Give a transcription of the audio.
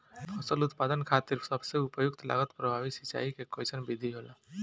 फसल उत्पादन खातिर सबसे उपयुक्त लागत प्रभावी सिंचाई के कइसन विधि होला?